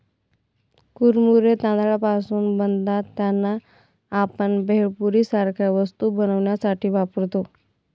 कुरमुरे तांदळापासून बनतात त्यांना, आपण भेळपुरी सारख्या वस्तू बनवण्यासाठी वापरतो